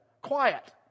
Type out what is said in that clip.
Quiet